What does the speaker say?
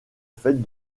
fait